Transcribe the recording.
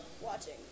Watching